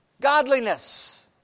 Godliness